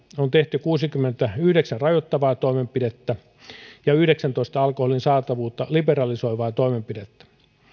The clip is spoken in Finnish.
on tehty kuusikymmentäyhdeksän rajoittavaa toimenpidettä ja yhdeksäntoista alkoholin saatavuutta liberalisoivaa toimenpidettä